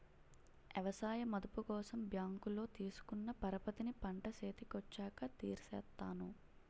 ఎవసాయ మదుపు కోసం బ్యాంకులో తీసుకున్న పరపతిని పంట సేతికొచ్చాక తీర్సేత్తాను